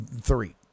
Three